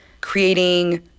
creating